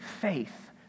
faith